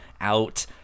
out